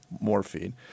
morphine